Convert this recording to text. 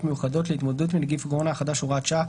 מיוחדות להתמודדות עם נגיף הקורונה החדש (הוראת שעה),